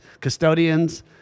custodians